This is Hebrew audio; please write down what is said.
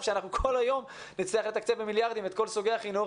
שאנחנו כל היום נצטרך לתקצב במיליארדים את כל סוגי החינוך